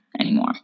anymore